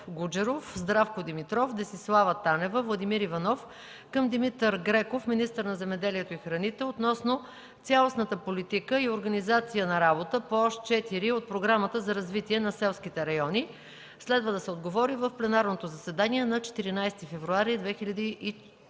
Гуджеров, Здравко Димитров, Десислава Танева, Владимир Иванов към Димитър Греков – министър на земеделието и храните, относно цялостната политика и организация на работа по Ос 4 от Програмата за развитие на селските райони. Следва да се отговори в пленарното заседание на 14 февруари 2014